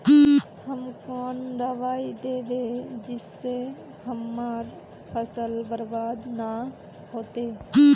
हम कौन दबाइ दैबे जिससे हमर फसल बर्बाद न होते?